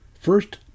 first